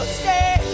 stay